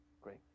Great